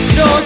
no